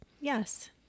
yes